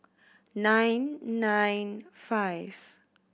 nine nine five